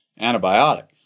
Antibiotic